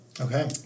Okay